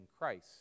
Christ